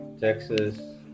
texas